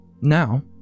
now